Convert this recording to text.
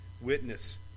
witness